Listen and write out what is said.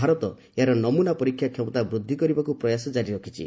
ଭାରତ ଏହାର ନମୂନା ପରୀକ୍ଷା କ୍ଷମତା ବୃଦ୍ଧିକରିବାକୁ ପ୍ରୟାସ ଜାରି ରଖିଛି